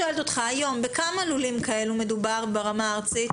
בכמה לולים כאלה מדובר ברמה הארצית?